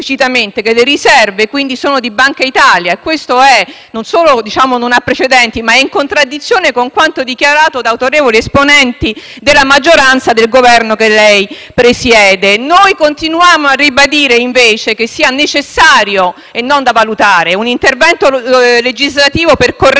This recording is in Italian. che le riserve sono di Banca d'Italia. Questo, oltre a non avere precedenti, è in contraddizione con quanto dichiarato da autorevoli esponenti della maggioranza del Governo che lei presiede. Noi continuano a ribadire, invece, che sia necessario - e non da valutare - un intervento legislativo per correggere